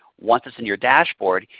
once it is in your dashboard,